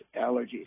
allergies